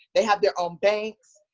they have their own banks.